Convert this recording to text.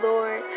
Lord